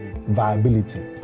viability